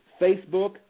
Facebook